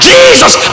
Jesus